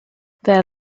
their